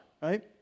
right